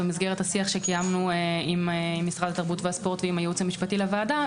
במסגרת השיח שקיימנו עם משרד התרבות והספורט ועם הייעוץ המשפטי לוועדה,